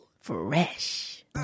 Fresh